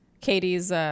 Katie's